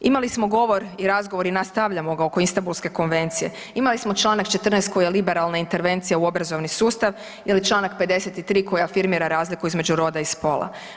Imali smo govor i razgovor i nastavljamo ga oko Istambulske konvencije, imali smo čl. 14. koji je liberalna intervencija u obrazovni sustav ili čl. 53. koji afirmira razliku između roda i spola.